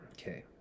Okay